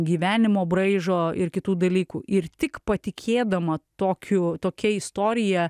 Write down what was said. gyvenimo braižo ir kitų dalykų ir tik patikėdama tokiu tokia istorija